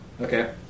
Okay